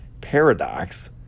paradox